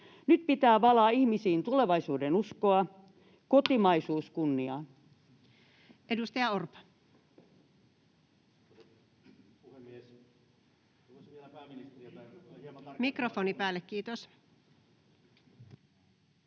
Nyt pitää valaa ihmisiin tulevaisuudenuskoa. Kotimaisuus kunniaan.